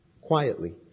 Quietly